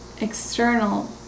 external